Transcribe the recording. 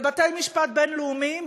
לבתי-משפט בין-לאומיים,